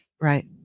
Right